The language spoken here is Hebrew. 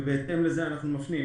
ובהתאם לזה אנחנו מפנים.